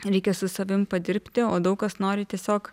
reikia su savim padirbti o daug kas nori tiesiog